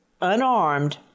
unarmed